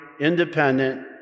independent